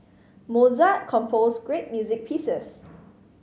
Mozart composed great music pieces